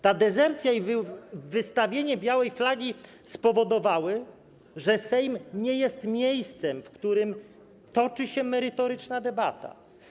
Ta dezercja i wywieszenie białej flagi spowodowały, że Sejm nie jest miejscem, w którym toczy się merytoryczna debata.